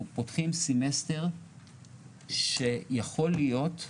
אנחנו פותחים סמסטר שיכול להיות,